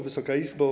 Wysoka Izbo!